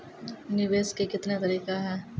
निवेश के कितने तरीका हैं?